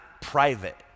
private